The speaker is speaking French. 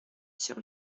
sur